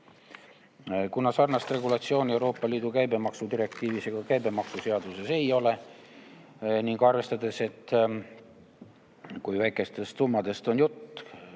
Kuna sarnast regulatsiooni Euroopa Liidu käibemaksu direktiivis ega käibemaksuseaduses ei ole ning arvestades, kui väikestest summadest on jutt,